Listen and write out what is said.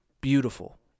beautiful